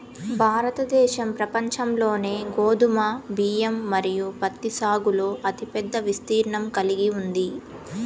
భారతదేశం ప్రపంచంలోనే గోధుమ, బియ్యం మరియు పత్తి సాగులో అతిపెద్ద విస్తీర్ణం కలిగి ఉంది